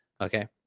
Okay